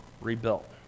rebuilt